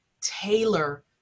tailor